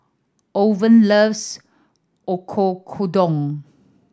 Owen loves Oyakodon